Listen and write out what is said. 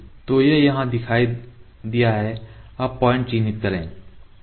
तो यह यहाँ दिखाई दिया है अब पॉइंट चिह्नित करेगा